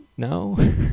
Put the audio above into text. No